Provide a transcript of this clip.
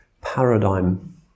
paradigm